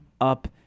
up